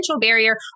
barrier